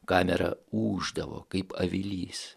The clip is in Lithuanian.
kamera ūždavo kaip avilys